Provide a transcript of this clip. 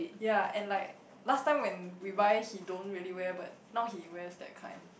yea and like last time when we buy he don't really wear but now he wears that kind